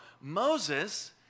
Moses